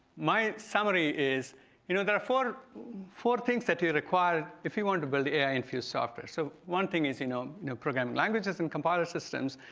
my summary is you know there are four four things that you require if you want to build yeah ai-infused software. so one thing is you know you know programming languages and compilers systems.